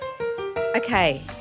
Okay